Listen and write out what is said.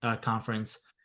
conference